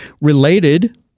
related